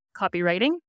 copywriting